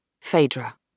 Phaedra